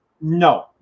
No